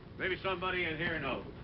maybe somebody in here knows.